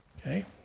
Okay